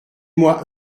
moi